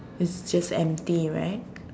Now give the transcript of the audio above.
it's just empty right